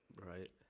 right